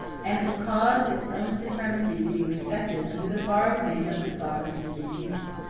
and it will cause its own supremacy to be respected under the borrowed name of the sovereignty of the union.